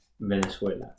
Venezuela